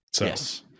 Yes